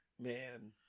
Man